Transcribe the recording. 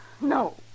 No